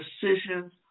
decisions